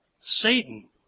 Satan